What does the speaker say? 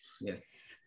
Yes